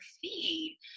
feed